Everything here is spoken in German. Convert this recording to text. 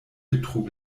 betrug